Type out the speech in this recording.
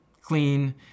clean